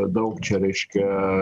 daug čia reiškia